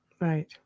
Right